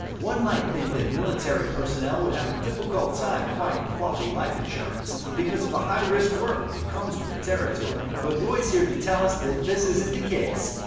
one might think that military personnel would have a difficult time finding quality life insurance, because of the high risk work that comes with the territory, but roy is here to tell us that this isn't the case.